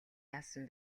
яасан